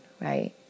right